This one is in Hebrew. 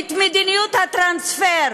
את מדיניות הטרנספר,